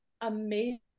amazing